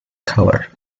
color